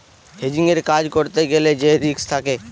হেজিংয়ের কাজ করতে গ্যালে সে রিস্ক থাকে